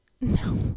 no